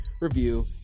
review